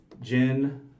Jen